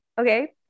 Okay